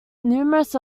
numerous